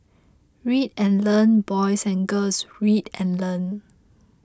read and learn boys and girls read and learn